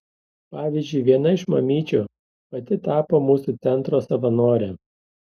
pavyzdžiui viena iš mamyčių pati tapo mūsų centro savanore